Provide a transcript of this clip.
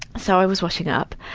so i was washing up,